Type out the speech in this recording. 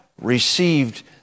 received